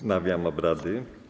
Wznawiam obrady.